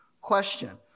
question